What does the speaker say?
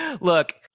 look